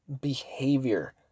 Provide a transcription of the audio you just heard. behavior